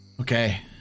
Okay